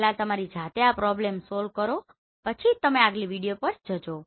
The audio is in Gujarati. પહેલા તમે તમારી જાતે આ પ્રોબ્લેમ સોલ્વ કાર્ય પછી જ તમે આગલી વિડિઓ પર જાજો